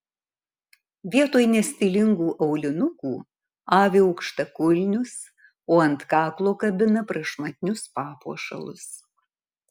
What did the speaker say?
vietoj nestilingų aulinukų avi aukštakulnius o ant kaklo kabina prašmatnius papuošalus